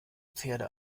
pferde